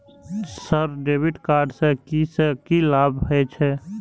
Sir debit card से की से की लाभ हे छे?